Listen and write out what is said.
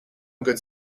goods